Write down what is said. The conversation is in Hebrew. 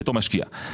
בתור משקיע.